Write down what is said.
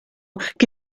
que